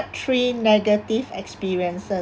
three negative experiences